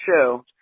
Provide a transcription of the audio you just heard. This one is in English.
show